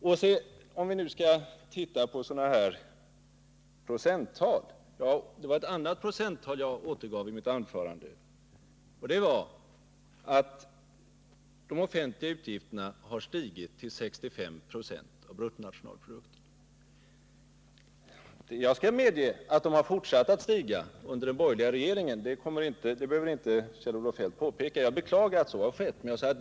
I mitt huvudanförande nämnde jag också ett annat procenttal, nämligen att de offentliga utgifterna har stigit till 65 26 av bruttonationalprodukten. Jag medger att de har fortsatt att stiga under den borgerliga regeringens tid — Kjell-Olof Feldt behöver inte påpeka det — och jag beklagar att så har skett.